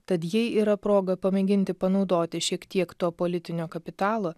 tad jei yra proga pamėginti panaudoti šiek tiek to politinio kapitalo